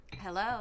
Hello